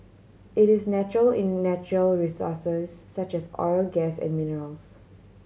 it is natural in natural resources such as oil gas and minerals